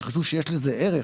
שחשבו שיש לזה ערך,